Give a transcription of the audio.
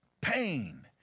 pain